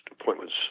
appointments